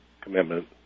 commitment